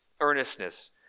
earnestness